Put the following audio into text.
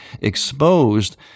exposed